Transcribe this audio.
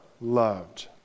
loved